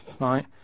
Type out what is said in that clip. right